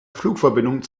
flugverbindung